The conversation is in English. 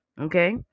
Okay